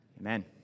Amen